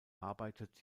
arbeitet